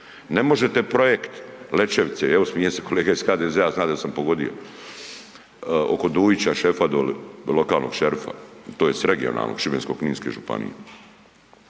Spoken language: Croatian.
Ne možete projekt Lećevice evo smije se kolega iz HDZ-a zna da sam pogodio oko Dujića šefa doli, lokalnog šerifa tj. regionalnog Šibensko-kninske županije.